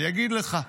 אני אגיד לך.